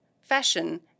fashion